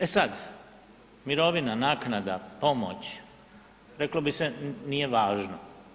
E sad, mirovina, naknada, pomoć, reklo bi se nije važno.